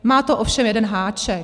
Má to ovšem jeden háček.